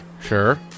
Sure